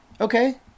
okay